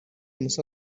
mussa